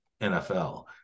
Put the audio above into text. NFL